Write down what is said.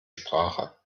sprache